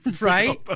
right